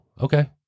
okay